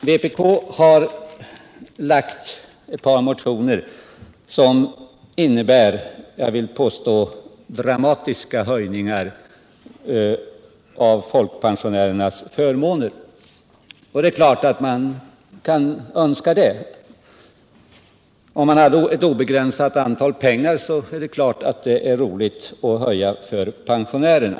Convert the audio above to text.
Vpk har väckt ett par motioner som jag vill påstå innebär dramatiska höjningar av folkpensionärernas förmåner. Och det är klart att man kan önska det, om man har obegränsade tillgångar. Då är det naturligtvis roligt att kunna höja för folkpensionärerna.